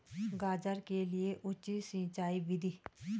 गाजर के लिए उचित सिंचाई विधि?